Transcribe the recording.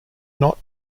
not